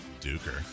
Duker